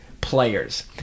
players